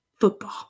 football